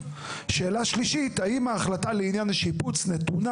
שאלה שלישית: האם ההחלטה לעניין השיפוץ נתונה